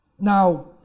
Now